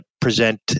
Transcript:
present